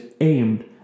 aimed